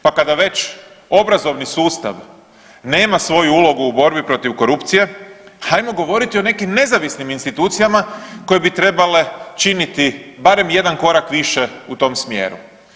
Pa kada već obrazovni sustav nema svoju ulogu u borbi protiv korupcije, hajmo govoriti o nekim nezavisnim institucijama koje bi trebale činiti barem jedan korak više u tom smjeru.